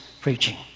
preaching